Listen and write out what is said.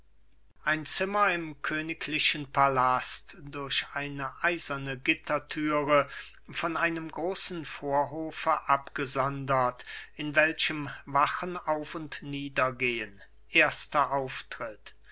ein zimmer im königlichen palast durch eine eiserne gittertüre von einem großen vorhofe abgesondert in welchem wachen auf und nieder gehen erster auftritt